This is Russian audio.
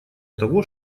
того